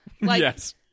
Yes